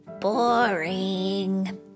boring